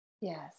Yes